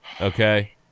okay